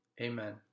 Amen